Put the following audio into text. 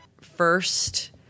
first